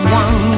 one